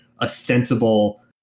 ostensible